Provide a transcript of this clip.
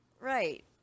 Right